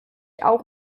auch